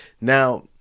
now